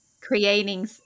creating